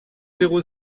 zéro